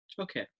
okay